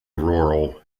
rural